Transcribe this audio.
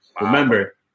Remember